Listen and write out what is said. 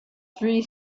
three